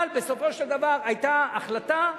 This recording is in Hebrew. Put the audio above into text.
אבל בסופו של דבר היתה החלטה,